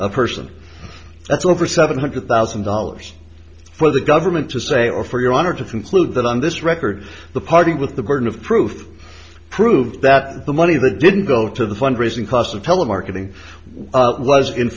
person it's over seven hundred thousand dollars for the government to say or for your honor to conclude that on this record the party with the burden of proof prove that the money that didn't go to the fundraising cost of telemarketing was in